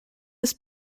ist